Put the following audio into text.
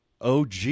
OG